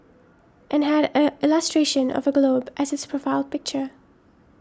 and had a illustration of a globe as its profile picture